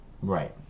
Right